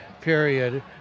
period